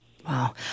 Wow